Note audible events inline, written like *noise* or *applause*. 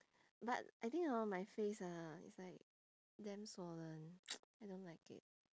but I think hor my face ah it's like damn swollen *noise* I don't like it